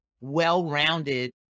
well-rounded